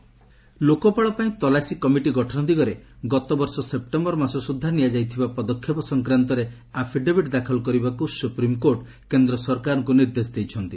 SC Lokpal Lokpal ପାଇଁ ତଲାସୀ committee ଗଠନ ଦିଗରେ ଗତବର୍ଷ ସେପ୍ଟେମ୍ବର ମାସ ସୁଦ୍ଧା ନିଆଯାଇଥିବା ପଦକ୍ଷେପ ସଂକ୍ରାନ୍ତରେ ଆଫିଡାଭିଟ୍ ଦାଖଲ କରିବାକୁ ସୁପ୍ରିମକୋର୍ଟ କେନ୍ଦ୍ର ସରକାରଙ୍କୁ ନିର୍ଦ୍ଦେଶ ଦେଇଛନ୍ତି